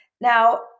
Now